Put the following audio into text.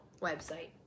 website